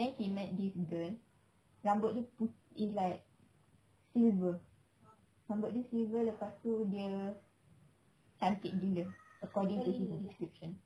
then he met this girl rambut dia is like silver rambut dia silver lepas tu dia cantik gila according to the description